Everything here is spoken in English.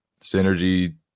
synergy